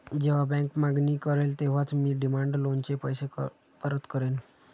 जेव्हा बँक मागणी करेल तेव्हाच मी डिमांड लोनचे पैसे परत करेन